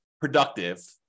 productive